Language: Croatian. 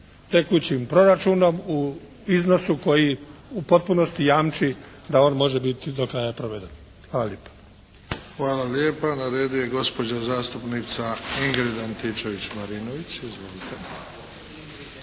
tekućim proračunom u iznosu koji u potpunosti jamči da on može biti do kraja proveden. Hvala lijepa.